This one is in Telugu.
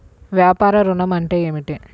వ్యాపార ఋణం అంటే ఏమిటి?